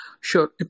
Sure